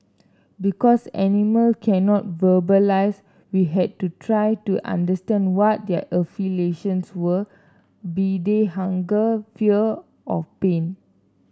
because animal cannot verbalise we had to try to understand what their affiliations were be they hunger fear of pain